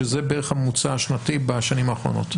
שזה בערך הממוצע השנתי בשנים האחרונות?